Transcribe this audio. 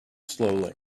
slowly